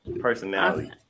personality